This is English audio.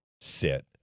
sit